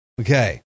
Okay